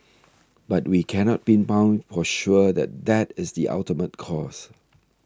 but we cannot pinpoint for sure that that is the ultimate cause